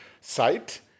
site